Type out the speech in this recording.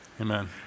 Amen